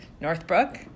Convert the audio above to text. Northbrook